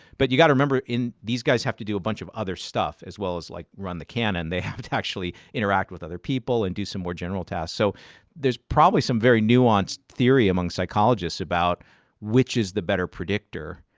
but you've got to remember these guys have to do a bunch of other stuff. as well as like run the cannon, they have to actually interact with other people and do some more general tasks. so there's probably some very nuanced theory among psychologists about which is the better predictor.